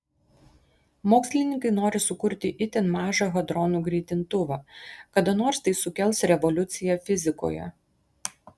mokslininkai nori sukurti itin mažą hadronų greitintuvą kada nors tai sukels revoliuciją fizikoje